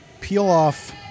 peel-off